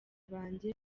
banjye